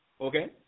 okay